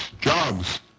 jobs